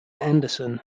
anderson